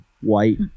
white